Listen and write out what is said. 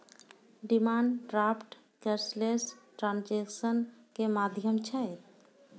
demand draft cashless transaction के माध्यम छै